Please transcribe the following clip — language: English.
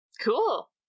Cool